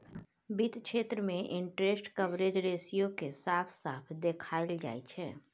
वित्त क्षेत्र मे इंटरेस्ट कवरेज रेशियो केँ साफ साफ देखाएल जाइ छै